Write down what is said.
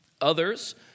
Others